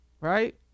right